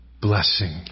blessing